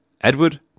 Edward